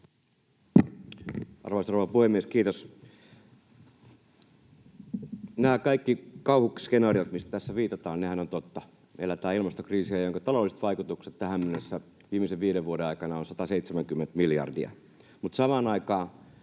rouva puhemies! Kiitos. — Nämä kaikki kauhuskenaariothan, mihin tässä viitataan, ovat totta. Me eletään ilmastokriisiä, jonka taloudelliset vaikutukset tähän mennessä, viimeisen viiden vuoden aikana, ovat 170 miljardia. Mutta samaan aikaan